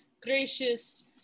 gracious